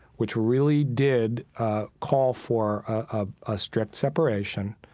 which really did ah call for a ah strict separation,